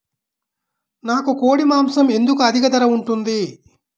నాకు కోడి మాసం ఎందుకు అధిక ధర ఉంటుంది?